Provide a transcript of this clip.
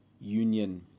union